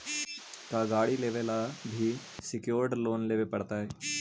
का गाड़ी लेबे लागी भी सेक्योर्ड लोन लेबे पड़तई?